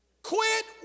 quit